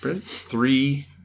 three